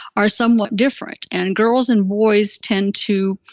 are somewhat different. and girls and boys tend to,